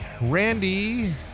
Randy